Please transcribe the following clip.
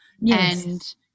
Yes